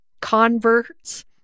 converts